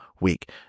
week